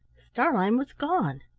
starlein was gone.